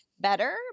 better